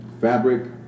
Fabric